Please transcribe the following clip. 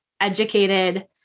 educated